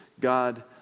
God